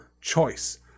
choice